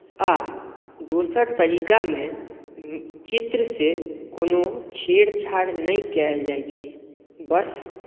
आ दोसर तरीकामे चित्रसँ कोनो छेड़छाड़ नहि कयल जाइत छै बस